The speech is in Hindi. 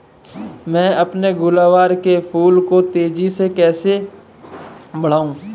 मैं अपने गुलवहार के फूल को तेजी से कैसे बढाऊं?